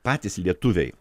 patys lietuviai